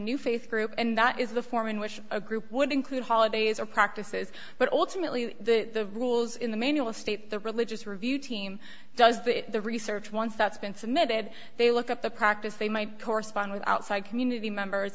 new faith group and that is the form in which a group would include holidays or practices but ultimately the rules in the manual state the religious review team does the research once that's been submitted they look at the practice they might correspond with outside community members